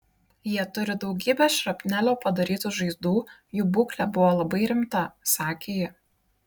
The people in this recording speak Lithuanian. jie turi daugybę šrapnelio padarytų žaizdų jų būklė buvo labai rimta sakė ji